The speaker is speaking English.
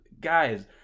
guys